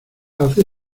hace